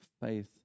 faith